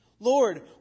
Lord